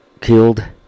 killed